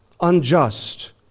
unjust